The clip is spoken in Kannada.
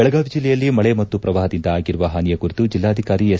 ಬೆಳಗಾವಿ ಜಿಲ್ಲೆಯಲ್ಲಿ ಮಳೆ ಮತ್ತು ಪ್ರವಾಹದಿಂದ ಆಗಿರುವ ಹಾನಿಯ ಕುರಿತು ಜಿಲ್ಲಾಧಿಕಾರಿ ಎಸ್